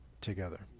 together